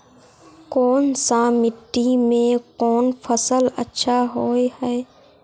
कोन सा मिट्टी में कोन फसल अच्छा होय है?